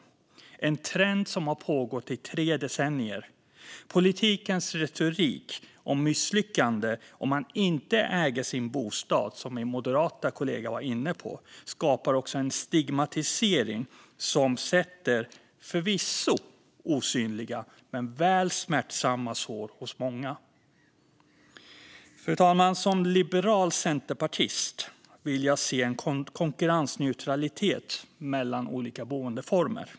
Det är en trend som har pågått i tre decennier. Politikens retorik om misslyckande om man inte äger sin bostad, som min moderata kollega var inne på, skapar också en stigmatisering som förvisso ger osynliga men väl smärtsamma sår hos många. Fru talman! Som liberal centerpartist vill jag se en konkurrensneutralitet mellan olika boendeformer.